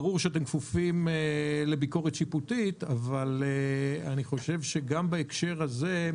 ברור שאתם כפופים לביקורת שיפוטית אבל אני חושב שגם בהקשר הזה,